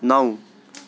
नौ